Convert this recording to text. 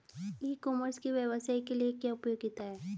ई commerce के व्यवसाय के लिए क्या उपयोगिता है?